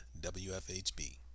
wfhb